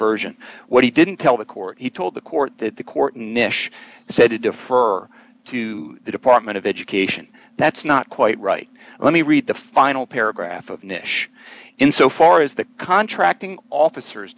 version what he didn't tell the court he told the court that the court nish said to defer to the department of education that's not quite right let me read the for final paragraph of nish in so far as the contracting officers